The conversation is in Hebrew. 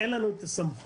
אין לנו את הסמכות